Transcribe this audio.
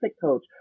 coach